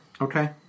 Okay